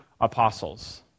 apostles